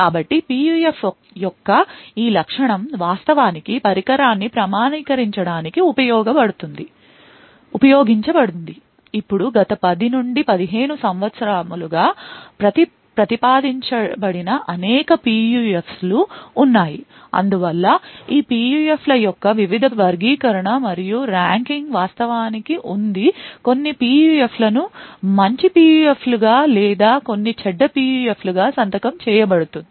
కాబట్టి PUF యొక్క ఈ లక్షణం వాస్తవానికి పరికరాన్ని ప్రామాణీకరించడానికి ఉపయోగించబడింది ఇప్పుడు గత 10 నుండి 15 సంవత్సరములుగా ప్రతిపాదించబడిన అనేక PUFS లు ఉన్నాయి అందువల్ల ఈ PUF ల యొక్క వివిధ వర్గీకరణ మరియు ర్యాంకింగ్ వాస్తవానికి ఉంది కొన్ని PUF లను మంచి PUF లుగా లేదా కొన్ని చెడ్డ PUF లుగా సంతకం చేయబడుతుంది